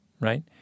right